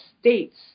states